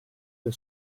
del